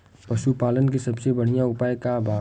पशु पालन के सबसे बढ़ियां उपाय का बा?